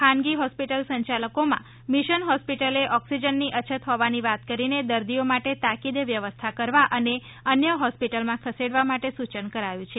ખાનગી હોસ્પિટલ સંચાલકોમાં મિશન હોસ્પિટલએ ઓક્સિજનની અછત હોવાની વાત કરીને દર્દીઓ માટે તાકીદે વ્યવસ્થા કરવા અને અન્ય હોસ્પિટલમાં ખસેડવા માટે સૂચન કરાયું છે